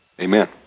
Amen